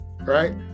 right